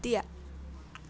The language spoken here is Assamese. বাদ দিয়া